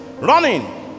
Running